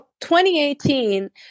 2018